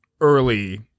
early-